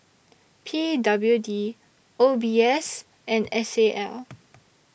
P W D O B S and S A L